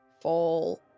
fall